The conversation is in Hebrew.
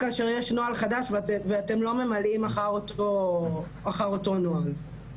כאשר יש נוהל חדש ואתם לא ממלאים אחר אותו נוהל.